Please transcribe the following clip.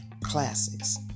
classics